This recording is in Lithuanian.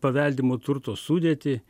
paveldimo turto sudėtį